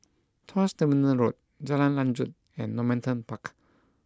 Tuas Terminal Road Jalan Lanjut and Normanton Park